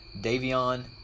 Davion